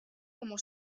como